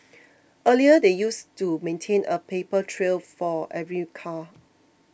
earlier they used to maintain a paper trail for every car